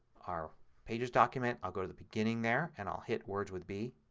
our pages document. i'll go to the beginning there and i'll hit words with b.